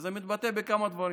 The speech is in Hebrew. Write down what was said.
וזה מתבטא בכמה דברים.